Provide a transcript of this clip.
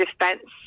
defense